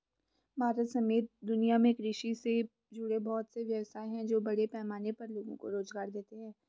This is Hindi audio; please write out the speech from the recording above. भारत समेत दुनिया में कृषि से जुड़े बहुत से व्यवसाय हैं जो बड़े पैमाने पर लोगो को रोज़गार देते हैं